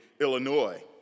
Illinois